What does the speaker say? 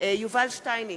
בהצבעה יובל שטייניץ,